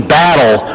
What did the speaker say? battle